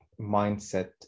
mindset